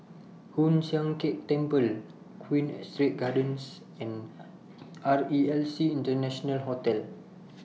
Hoon Sian Keng Temple Queen Astrid Gardens and R E L C International Hotel